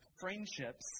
friendships